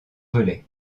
velay